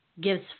gives